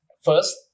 first